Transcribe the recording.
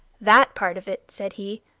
that part of it, said he,